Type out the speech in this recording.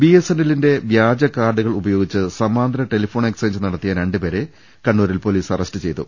ബിഎസ്എൻഎല്ലിന്റെ വ്യാജ കാർഡുകൾ ഉപയോഗിച്ച് സമാന്തര ടെലിഫോൺ എക്സ്ചേഞ്ച് നടത്തിയ രണ്ട് പേരെ കണ്ണൂരിൽ പോലീസ് അറസ്റ്റ് ചെയ്തു